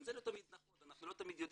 ושוב,